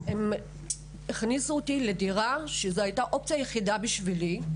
הם הכניסו לדירה שזו הייתה האופציה היחידה בשבילי.